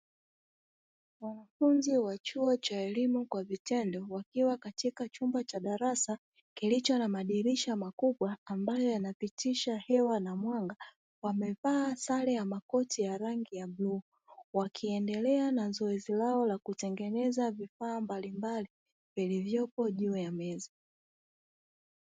Wanafunzi wa chuo cha elimu kwa vitendo wakiwa ndani ya chumba cha darasa kilicho na madirisha makubwa ambayo yanapitisha hewa na mwanga, wamevaa sare ya makoti ya rangi ya bluu. Wakiendelea na zoezi lao la kutengeneza vifaa mbalimbali vilivyo juu ya meza.